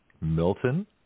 Milton